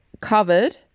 covered